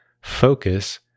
focus